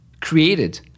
created